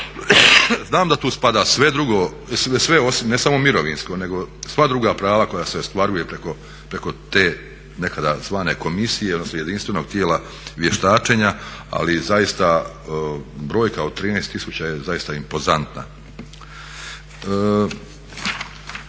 Znam da tu spada sve drugo, ne samo mirovinsko nego sva druga prava koja se ostvaruju preko te nekada zvane komisije odnosno jedinstvenog tijela vještačenja ali zaista brojka od 13 tisuća je zaista impozantna.